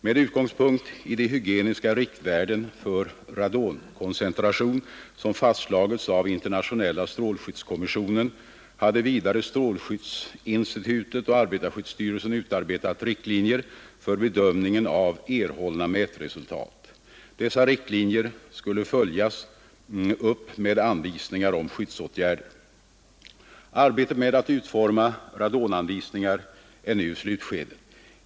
Med utgångspunkt i de hygieniska riktvärden för radonkoncentration som fastlagts av internationella strålskyddskommissionen hade vidare strålskyddsinstitutet och arbetarskyddsstyrelsen utarbetat riktlinjer för bedömningen av erhållna mätresultat. Dessa riktlinjer skulle följas upp med anvisningar om skyddsåtgärder. Arbetet med att utforma radonanvisningar är nu i slutskedet.